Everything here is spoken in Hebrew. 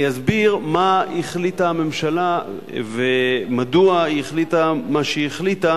אני אסביר מה החליטה הממשלה ומדוע היא החליטה מה שהחליטה